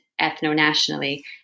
ethno-nationally